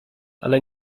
ale